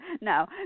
No